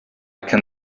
can